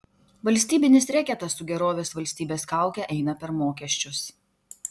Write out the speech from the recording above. valstybinis reketas su gerovės valstybės kauke eina per mokesčius